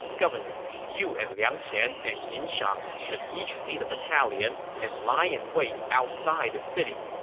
governor, you and liang qian and yin shang should each lead a battalion and lie in wait outside the city.